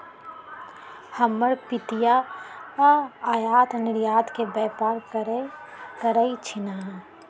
हमर पितिया आयात निर्यात के व्यापार करइ छिन्ह